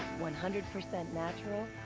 one hundred percent natural,